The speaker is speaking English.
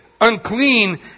unclean